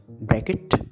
bracket